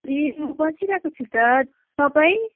ए बसिरहेको छु त तपाईँ